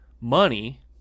money